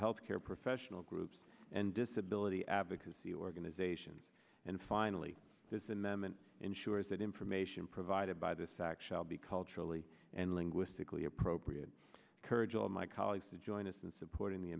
health care professional groups and disability advocacy organizations and finally this amendment ensures that information provided by this act shall be culturally and linguistically appropriate courage all of my colleagues to join us in supporting the